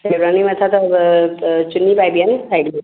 शेरवानी मथां त चुन्नी पाइबी आहे न साइड में